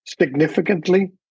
significantly